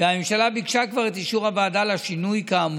והממשלה כבר ביקשה את אישור הוועדה לשינוי כאמור.